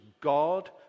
God